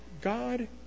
God